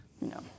No